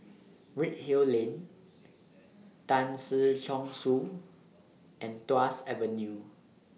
Redhill Lane Tan Si Chong Su and Tuas Avenue